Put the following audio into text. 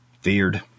Feared